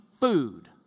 food